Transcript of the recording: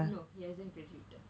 no he hasn't graduated